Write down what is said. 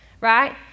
Right